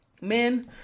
Men